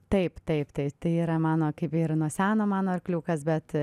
taip taip taip tai yra mano kaip ir nuo seno mano arkliukas bet